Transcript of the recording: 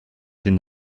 den